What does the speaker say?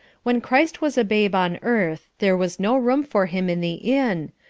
when christ was a babe on earth there was no room for him in the inn,